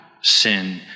sin